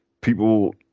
people